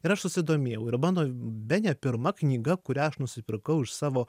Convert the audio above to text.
ir aš susidomėjau ir mano bene pirma knyga kurią aš nusipirkau iš savo